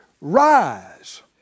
Rise